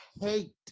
hate